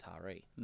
Tari